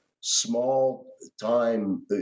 small-time